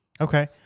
Okay